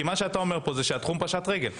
מה שאתה אומר פה זה שהתחום פשט רגל,